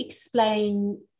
explain